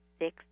six